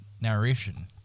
narration